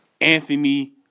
Anthony